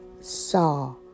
saw